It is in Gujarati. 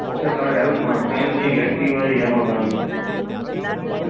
ઓકે કાલે આવીએ મારા ફ્રેન્ડની એક એકટીવા છે એ જમા કરાવવી છે